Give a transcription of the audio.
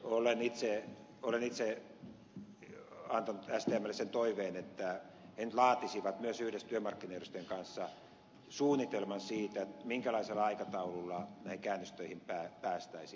olen itse antanut stmlle sen toiveen että he nyt laatisivat myös yhdessä työmarkkinajärjestöjen kanssa suunnitelman siitä minkälaisella aikataululla näihin käännöstöihin päästäisiin